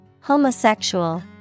Homosexual